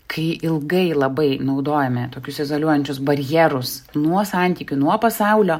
kai ilgai labai naudojame tokius izoliuojančius barjerus nuo santykių nuo pasaulio